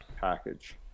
package